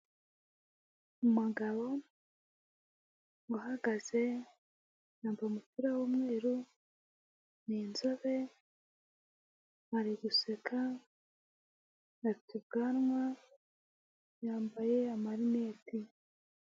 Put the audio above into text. Umugabo uhagaze yambaye umupira w'umweru, ni nzobe ari guseka, afite ubwanwa, yambaye amarinete.